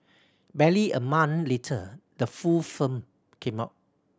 barely a month later the full film came out